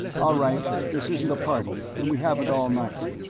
all right, this isn't a party and we haven't all night.